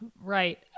right